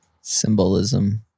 symbolism